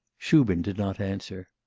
shubin did not answer.